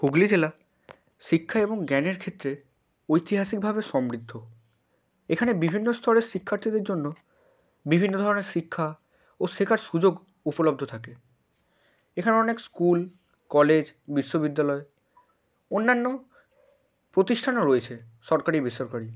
হুগলি জেলা শিক্ষা এবং জ্ঞানের ক্ষেত্রে ঐতিহাসিকভাবে সমৃদ্ধ এখানে বিভিন্ন স্তরের শিক্ষার্থীদের জন্য বিভিন্ন ধরনের শিক্ষা ও শেখার সুযোগ উপলব্ধ থাকে এখানে অনেক স্কুল কলেজ বিশ্ববিদ্যালয় অন্যান্য প্রতিষ্ঠানও রয়েছে সরকারি বেসরকারি